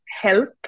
help